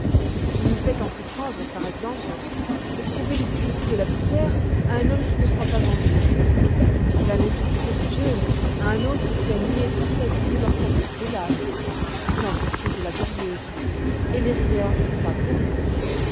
on nous fait entreprendre par exemple de prouver l'utilité de la prière à un homme qui ne croit pas en dieu la nécessité du jeûne à un autre qui a nié toute sa vie l'immortalité de l'âme l'entreprise est laborieuse et les rieurs ne sont pas pour nous